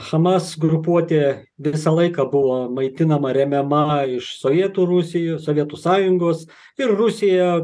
hamas grupuotė visą laiką buvo maitinama remiama iš sovietų rusijos sovietų sąjungos ir rusija